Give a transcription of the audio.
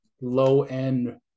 low-end